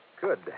Good